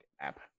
app